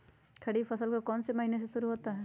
खरीफ फसल कौन में से महीने से शुरू होता है?